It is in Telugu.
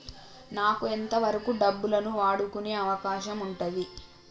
నాకు ఎంత వరకు డబ్బులను వాడుకునే అవకాశం ఉంటది?